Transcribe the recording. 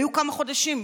היו כמה חודשים.